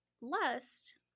lust